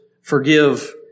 forgive